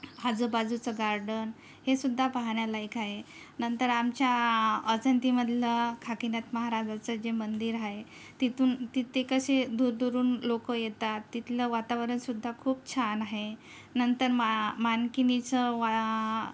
आजूबाजूचं गार्डन हेसुद्धा पाहण्यालायक आहे नंतर आमच्या अजंतीमधलं खाकीनाथ महाराजाचं जे मंदिर आहे तिथून तिथे कसे दूरदूरून लोक येतात तिथलं वातावरणसुद्धा खूप छान आहे नंतर मा मानकीनीचं वळा